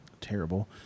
Terrible